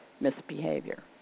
misbehavior